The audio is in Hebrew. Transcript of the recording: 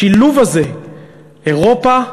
השילוב הזה, אירופה,